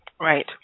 Right